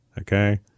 Okay